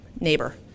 neighbor